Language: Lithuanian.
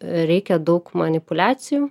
reikia daug manipuliacijų